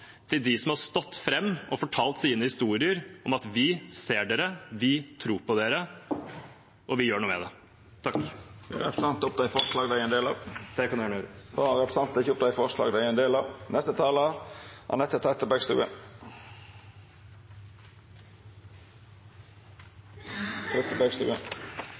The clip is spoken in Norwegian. til dem som har stått fram og fortalt sine historier, om at vi ser dere, vi tror på dere, og vi gjør noe med det. Jeg tar opp de forslagene SV er en del av. Representanten Freddy André Øvstegård har teke opp dei forslaga han refererte til. Kampen for LHBTI-personers rettigheter og levekår er